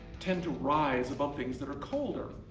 tend to rise above things that are colder.